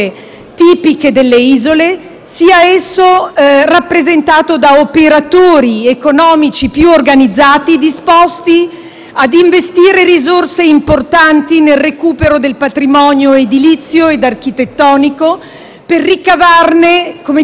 sia esso rappresentato da operatori economici più organizzati, disposti a investire risorse importanti nel recupero del patrimonio edilizio e architettonico, per ricavarne delle strutture ricettive